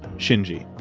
shinji.